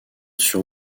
sur